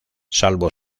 salvo